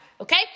okay